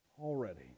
already